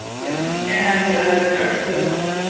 yeah and i prepped for this talk.